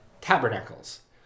tabernacles